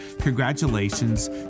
Congratulations